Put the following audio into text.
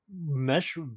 mesh